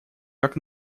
как